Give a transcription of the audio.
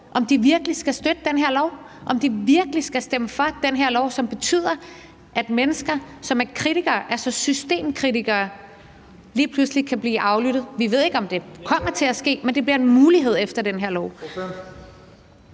om de virkelig skal støtte den her lov; om de virkelig skal stemme for den her lov, som betyder, at mennesker, som er kritikere, altså systemkritikere, lige pludselig kan blive aflyttet. Vi ved ikke, om det kommer til at ske, men det bliver en mulighed efter den her lov.